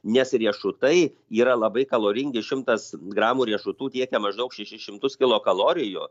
nes riešutai yra labai kaloringi šimtas gramų riešutų tiekia maždaug šešis šimtus kilokalorijų